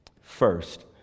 first